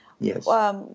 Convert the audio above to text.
Yes